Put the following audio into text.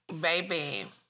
Baby